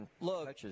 Look